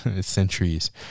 centuries